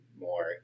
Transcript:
more